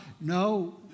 No